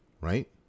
right